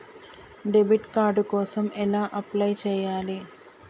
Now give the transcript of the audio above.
Debit card కోసం ఎలా apply చేయాలి?